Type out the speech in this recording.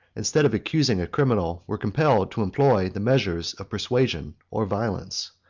instead of accusing a criminal, were compelled to employ the measures of persuasion or violence.